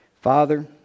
Father